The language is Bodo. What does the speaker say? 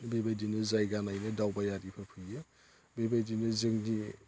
बेबायदिनो जायगा नायनो दावबायारिफोर फैयो बेबायदिनो जोंनि